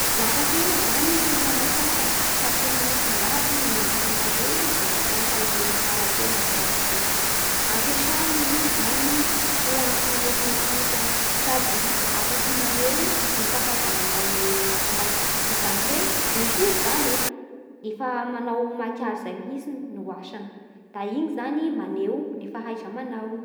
Lafa tegna zany te hanasara sady te hanasongady ny endrika amin'ny tarehy da mampiasa io tsara hoe makiazy io. Ampiasa i io zany ho antony estetika sady afaky maneho ny fahaiza manao ny olona anakiray, izany hoe misy olo zany e efa manao makiazy zay mihintsiny no asany da iny zany maneho ny fahaizanao.